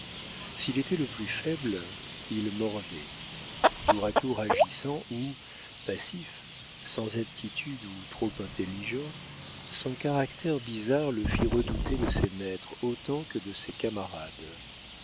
s'il était le plus faible il mordait tour à tour agissant ou passif sans aptitude ou trop intelligent son caractère bizarre le fit redouter de ses maîtres autant que de ses camarades